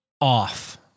off